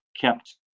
kept